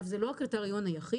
זה לא הקריטריון היחיד,